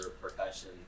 percussion